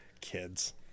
kids